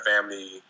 family